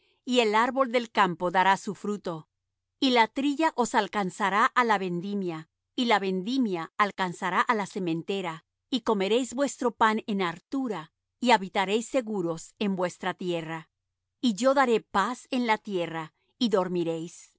y el árbol del campo dará su fruto y la trilla os alcanzará á la vendimia y la vendimia alcanzará á la sementera y comeréis vuestro pan en hartura y habitaréis seguros en vuestra tierra y yo daré paz en la tierra y dormiréis y